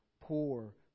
poor